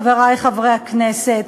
חברי חברי הכנסת,